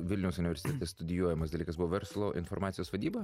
vilniaus universitete studijuojamas dalykas buvo verslo informacijos vadyba